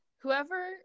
Whoever